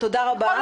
תודה רבה.